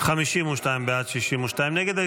52 בעד, 62 נגד.